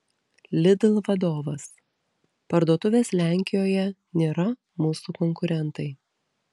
lidl vadovas parduotuvės lenkijoje nėra mūsų konkurentai